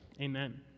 Amen